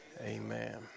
Amen